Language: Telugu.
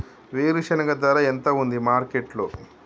వేరుశెనగ ధర ఎంత ఉంది మార్కెట్ లో?